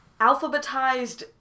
alphabetized